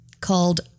called